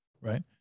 Right